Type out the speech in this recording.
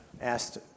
asked